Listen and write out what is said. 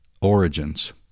Origins